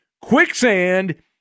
quicksand